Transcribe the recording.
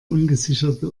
ungesicherte